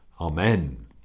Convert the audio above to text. Amen